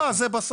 לא, זה בסוף,